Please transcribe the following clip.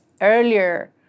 earlier